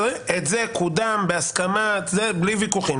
החוק הזה קודם בהסכמה בלי ויכוחים.